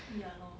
yeah lor